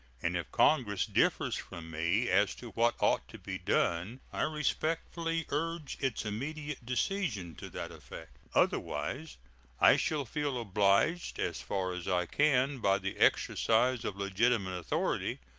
and if congress differs from me as to what ought to be done i respectfully urge its immediate decision to that effect otherwise i shall feel obliged, as far as i can by the exercise of legitimate authority,